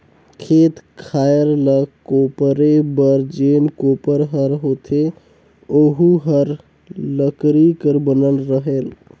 खेत खायर ल कोपरे बर जेन कोपर हर होथे ओहू हर लकरी कर बनल रहेल